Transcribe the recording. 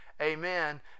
amen